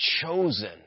chosen